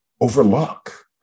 overlook